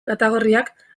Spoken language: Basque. katagorriak